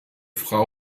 frau